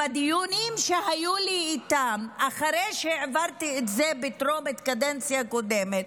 בדיונים שהיו לי איתם אחרי שהעברתי את זה בטרומית בקדנציה הקודמת,